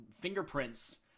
fingerprints